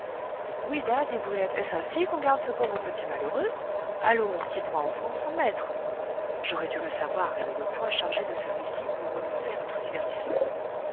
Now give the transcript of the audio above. brulette est-ce ainsi qu'on garde ce pauvre petit malheureux allons qui prend enfant prend maître j'aurais dû le savoir et ne me point charger de celui-ci ou renoncer à tout divertissement